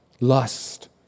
lust